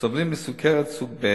סובלים מסוכרת סוג 2,